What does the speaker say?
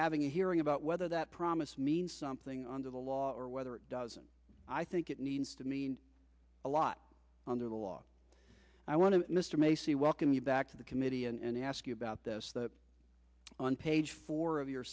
having a hearing about whether that promise means something under the law or whether it doesn't i think it needs to mean a lot on the law i want to mr macy welcome you back to the committee and ask you about this that on page four of your